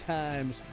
times